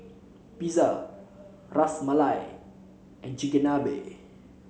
Pizza Ras Malai and Chigenabe